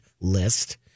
list